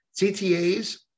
CTAs